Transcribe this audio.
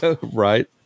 Right